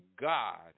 God